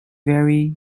very